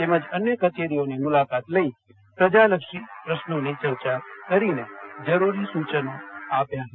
તેમજ અન્ય કચેરીઓની મુલાકાત લઈ પ્રજાલક્ષી પ્રશ્રોની ચર્ચા કરીને જરૂરી સૂચનાઓ આપી હતી